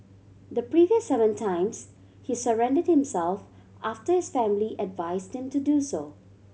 the previous seven times he surrendered himself after his family advised him to do so